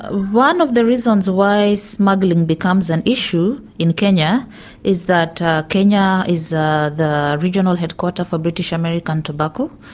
one of the reasons why smuggling becomes an issue in kenya is that kenya is the regional headquarters for british american tobacco,